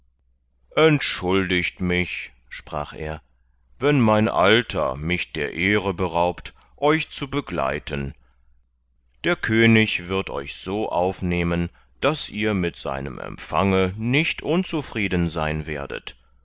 entschuldigt mich sprach er wenn mein alter mich der ehre beraubt euch zu begleiten der könig wird euch so aufnehmen daß ihr mit seinem empfange nicht unzufrieden sein werdet